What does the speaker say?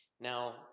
Now